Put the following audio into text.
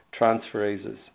transferases